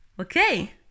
Okay